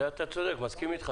בזה אתה צודק, אני מסכים איתך.